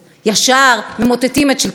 ישר: ממוטטים את שלטון החוק.